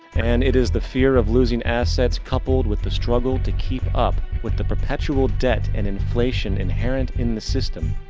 and it is the fear of loosing assets, coupled with the struggle to keep up with the perpetual debt and inflation inherent in the system,